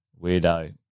weirdo